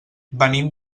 venim